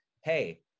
Hey